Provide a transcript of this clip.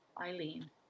Eileen